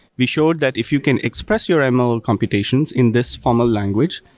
we showed that if you can express your and ml computations in this formal language,